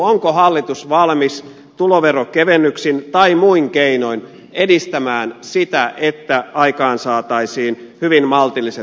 onko hallitus valmis tuloverokevennyksin tai muin keinoin edistämään sitä että aikaansaataisiin hyvin maltilliset palkkaratkaisut